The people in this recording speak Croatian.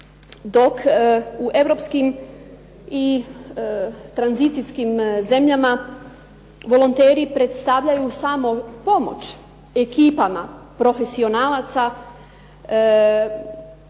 Dok u europskim i tranzicijskim zemljama volonteri predstavljaju samo pomoć ekipama profesionalaca,